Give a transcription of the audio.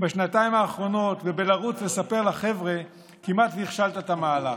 בשנתיים האחרונות ובלרוץ לספר לחבר'ה כמעט הכשלת את המהלך.